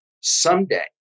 someday